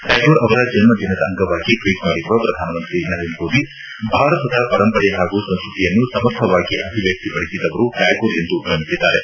ಟ್ಕಾಗೂರ್ ಅವರ ಜನ್ದದಿನದ ಅಂಗವಾಗಿ ಟ್ವೀಟ್ ಮಾಡಿರುವ ಪ್ರಧಾನಮಂತ್ರಿ ನರೇಂದ್ರ ಮೋದಿ ಭಾರತದ ಪರಂಪರೆ ಹಾಗೂ ಸಂಸ್ಟತಿಯನ್ನು ಸಮರ್ಥವಾಗಿ ಅಭಿವ್ಯಕ್ತಿಪಡಿಸಿದವರು ಟ್ಯಾಗೂರ್ ಎಂದು ಬಣ್ಣಿಸಿದ್ದಾರೆ